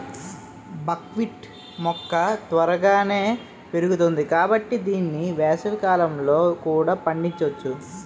బక్ wheat మొక్క త్వరగానే పెరుగుతుంది కాబట్టి దీన్ని వేసవికాలంలో కూడా పండించొచ్చు